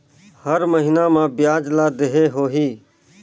हर महीना मा ब्याज ला देहे होही?